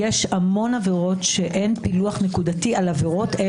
יש הרבה עבירות שאין פילוח נקודתי על עבירות.